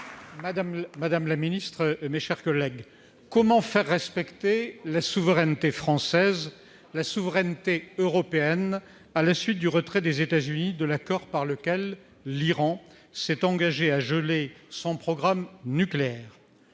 Madame la ministre chargée des affaires européennes, comment faire respecter la souveraineté française et la souveraineté européenne à la suite du retrait des États-Unis de l'accord par lequel l'Iran s'est engagé à geler son programme nucléaire ?